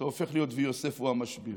אתה הופך להיות "ויוסף הוא המשביר".